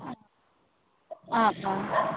অঁ অঁ